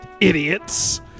idiots